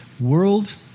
World